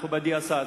מכובדי השר,